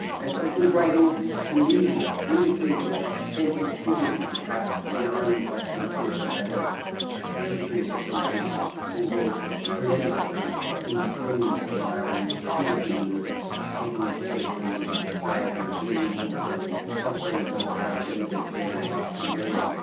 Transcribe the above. and some of his writings indicate to me ah sensitivity perhaps beyond what you would think of as a ah patriot or somebody who wrote polemics on independence or what ireland should have been taking its place in in society or dealing even with the sufferings of irish immigrants here in the boston area.